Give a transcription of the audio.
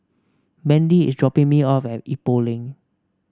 Mendy is dropping me off at Ipoh Lane